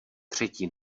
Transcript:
třetí